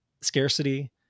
scarcity